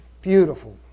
beautiful